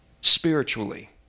spiritually